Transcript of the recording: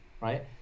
right